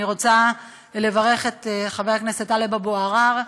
אני רוצה לברך את חבר הכנסת טלב אבו עראר,